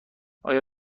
آیا